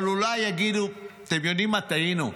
אבל אולי יגידו: אתם יודעים מה, טעינו.